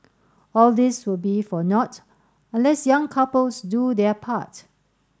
all this will be for naught unless young couples do their part